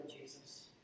Jesus